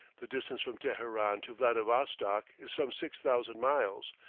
the distance from teheran to vladivostok is some six thousand miles,